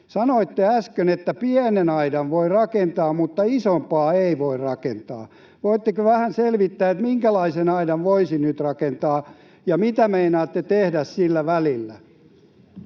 Sanoitte äsken, että pienen aidan voi rakentaa, mutta isompaa ei voi rakentaa. Voitteko vähän selvittää, minkälaisen aidan voisi nyt rakentaa ja mitä meinaatte tehdä sillä välillä?